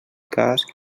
cas